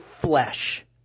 flesh